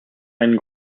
einen